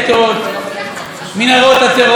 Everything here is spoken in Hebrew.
מנהרות הטרור,